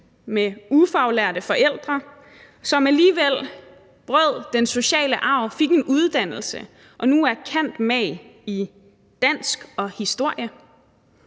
med ufaglærte forældre, og som alligevel brød den sociale arv, fik en uddannelse og nu er cand. mag i dansk og historie.